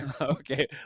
okay